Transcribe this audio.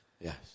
Yes